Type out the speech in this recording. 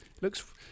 looks